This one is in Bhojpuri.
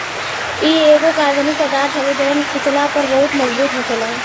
इ एगो कार्बनिक पदार्थ हवे जवन खिचला पर बहुत मजबूत होखेला